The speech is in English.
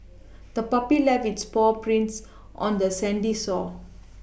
the puppy left its paw prints on the sandy shore